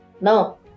No